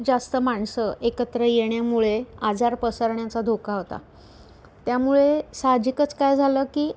जास्त माणसं एकत्र येण्यामुळे आजार पसरण्याचा धोका होता त्यामुळे साहजिकच काय झालं की